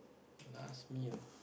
last meal